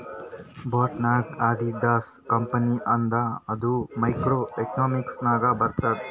boat ನಾಗ್ Adidas company ಅದ ಅದು ಮೈಕ್ರೋ ಎಕನಾಮಿಕ್ಸ್ ನಾಗೆ ಬರ್ತುದ್